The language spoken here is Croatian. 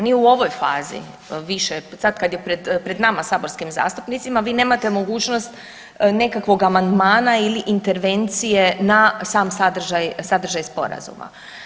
Ni u ovoj fazi, više, sad kada je pred nama saborskim zastupnicima, vi nemate mogućnost nekakvog amandmana ili intervencije na sam sadržaj Sporazuma.